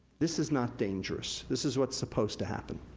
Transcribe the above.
this is not dangerous. this is what's supposed to happen.